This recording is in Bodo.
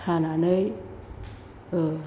सानानै